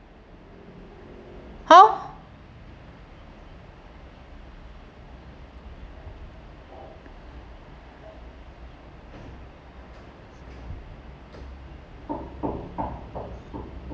how